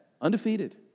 undefeated